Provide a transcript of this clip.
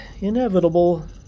inevitable